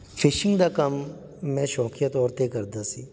fishing ਦਾ ਕੰਮ ਮੈਂ ਸ਼ੌਕੀਆ ਤੌਰ 'ਤੇ ਕਰਦਾ ਸੀ